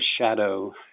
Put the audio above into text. shadow